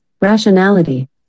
rationality